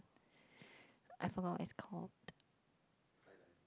I forgot what it's called